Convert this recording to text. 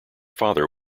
father